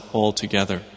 altogether